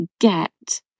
get